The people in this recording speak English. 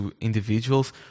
individuals